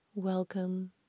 Welcome